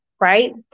right